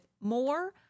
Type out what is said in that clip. more